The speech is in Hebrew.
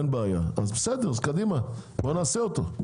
אז בסדר, קדימה, בואו נעשה אותו.